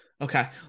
okay